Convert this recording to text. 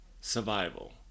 survival